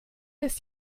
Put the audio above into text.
ist